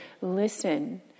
listen